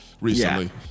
recently